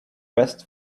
best